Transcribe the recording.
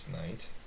tonight